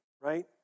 right